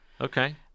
Okay